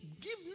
Give